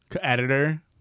Editor